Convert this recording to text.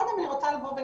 קודם כל אני רוצה להגיד,